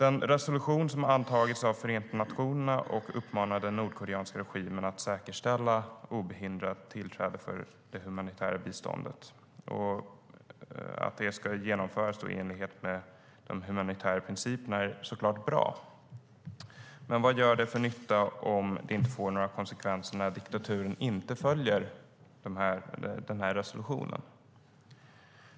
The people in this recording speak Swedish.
En resolution har antagits av Förenta nationerna som uppmanar den nordkoreanska regimen att säkerställa obehindrat tillträde för det humanitära biståndet. Att den ska genomföras enligt de humanitära principerna är såklart bra, men frågan är vad det gör för nytta om det inte blir några konsekvenser när diktaturen inte följer resolutionen.